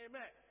Amen